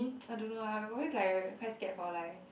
I don't know lah always like I quite scared for like